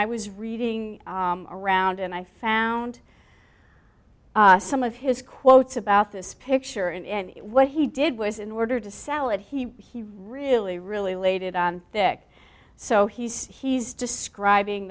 i was reading around and i found some of his quotes about this picture and what he did was in order to sell it he he really really laid it on thick so he's he's describing